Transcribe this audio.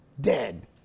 dead